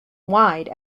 wide